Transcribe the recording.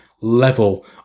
level